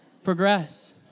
Progress